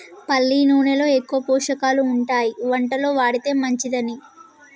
పల్లి నూనెలో ఎక్కువ పోషకాలు ఉంటాయి వంటలో వాడితే మంచిదని